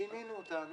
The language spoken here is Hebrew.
שינינו אותה.